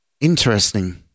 Interesting